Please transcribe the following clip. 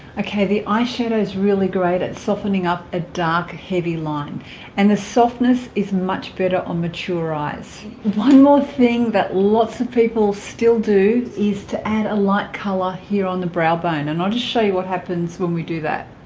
okay the eyeshadow is really great at softening up a dark heavy line and the softness is much better on mature eyes one more thing that lots of people still do is to add a light color here on the brow bone and i'll just show you what happens when we do that